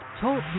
Talk